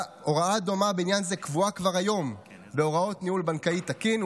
הוראה דומה בעניין זה קבועה כבר היום בהוראות ניהול בנקאי תקין,